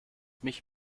mich